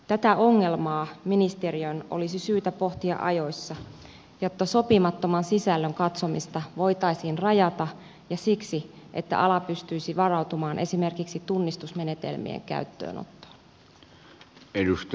tätä ongelmaa ministeriön olisi syytä pohtia ajoissa jotta sopimattoman sisällön katsomista voitaisiin rajata ja jotta ala pystyisi varautumaan esimerkiksi tunnistusmenetelmien käyttöönottoon